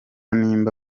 nimba